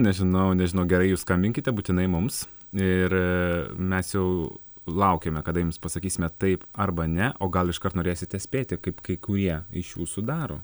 nežinau nežinau gerai jūs skambinkite būtinai mums ir mes jau laukiame kada jums pasakysime taip arba ne o gal iškart norėsite spėti kaip kai kurie iš jūsų daro